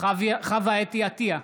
חוה אתי עטייה,